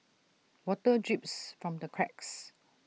water drips from the cracks